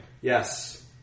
Yes